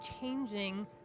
changing